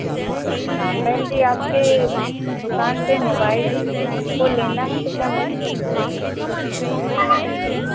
बहन जी आपके दुकान से मोबाइल हमको लेना है तो क्या मिल जाएंगे